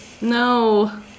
No